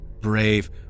brave